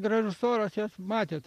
gražus oras jas matėt